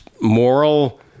moral